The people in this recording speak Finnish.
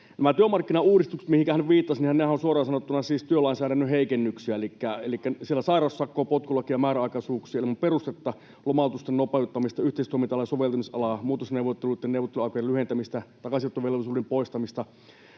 työmarkkinauudistukset, joihinka hän viittasi, ovat suoraan sanottuna siis työlainsäädännön heikennyksiä. Elikkä siellä on sairaussakkoa, potkulakia, määräaikaisuuksia ilman perustetta, lomautusten nopeuttamista, yhteistoimintalain soveltamisalaa, muutosneuvotteluitten neuvotteluaikojen lyhentämistä, takaisinottovelvollisuuden poistamista